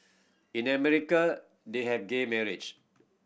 in America they have gay marriage